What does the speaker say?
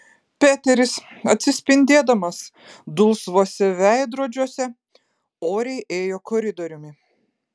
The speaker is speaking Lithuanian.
peteris atsispindėdamas dulsvuose veidrodžiuose oriai ėjo koridoriumi